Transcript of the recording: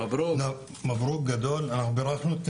בירכנו את